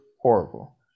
horrible